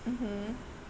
mmhmm